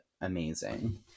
Amazing